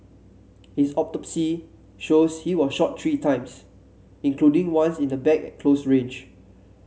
his autopsy shows he was shot three times including once in the back at close range